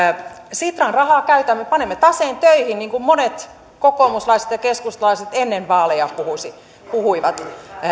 rahaa käytämme panemme taseen töihin niin kuin monet kokoomuslaiset ja keskustalaiset ennen vaaleja puhuivat